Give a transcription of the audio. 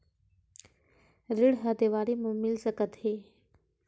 ऋण ला देवारी मा मिल सकत हे